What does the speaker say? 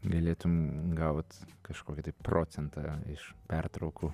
galėtum gaut kažkokį procentą iš pertraukų